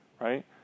right